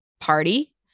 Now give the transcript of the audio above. Party